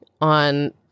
on